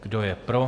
Kdo je pro?